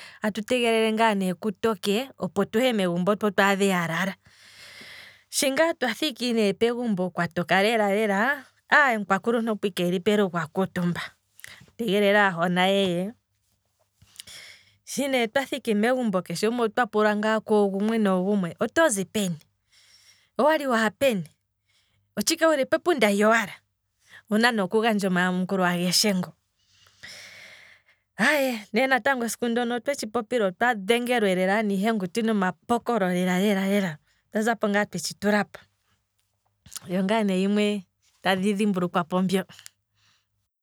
Atu tegelele ngaa ne kutoke opo tuhe megumbo taadhe yalala, shi ngaa twathiki ne pegumbo kwa toka lela lela, aye omukwakuluntu opoike eli pelugo akuutumba, a tegelela aahona yeye, shi nee twa thiki megumbo keshe gumwe ota pulwa ngaa koogumwe noogumwe, otozi peni, owali waha peni, otshike wuli pepunda lyowala, owuna nee okugandja omayamukulo ageshe ngo, aye. ndele esiku ndoka otwetshi popile, otwa dhengelwe lela nomapokolo ndele niihenguti lela lela. otwa zapo ngaa twetshi tulapo, oyo ngaa ne yimwe tandi dhimbulukwapo mbyo.